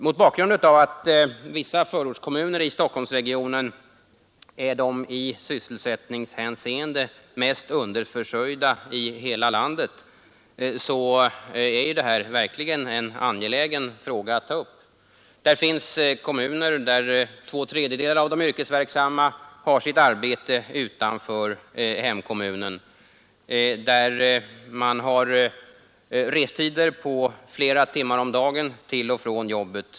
Mot bakgrund av att vissa förortskommuner i Stockholmsregionen är de i sysselsättningshänseende mest underförsörjda i hela landet är ju detta verkligen en angelägen fråga att ta upp. Det finns kommuner där två tredjedelar av de yrkesverksamma har sitt arbete utanför hemkommunen och där man har restider på flera timmar om dagen till och från jobbet.